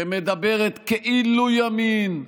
שמדברת כאילו ימין,